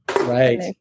Right